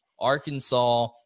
Arkansas